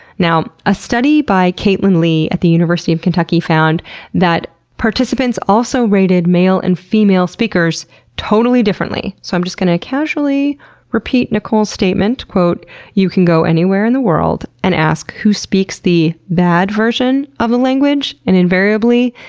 now, a study by kaitlyn lee at the university of kentucky found that participants also rated male and female speakers totally differently. so i'm just going to casually repeat nicole's statement, you can go anywhere in the world and ask who speaks the bad version of the language and invariably,